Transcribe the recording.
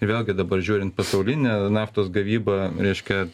ir vėlgi dabar žiūrint pasaulinę naftos gavybą reiškia